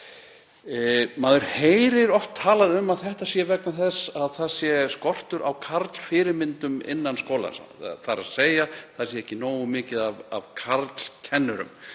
Maður heyrir oft talað um að þetta sé vegna þess að það sé skortur á karlfyrirmyndum innan skólans, það sé ekki nógu mikið af karlkennurum